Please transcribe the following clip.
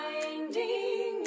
Finding